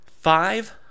Five